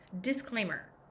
disclaimer